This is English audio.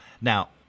Now